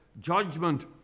judgment